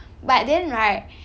but then right